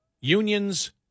unions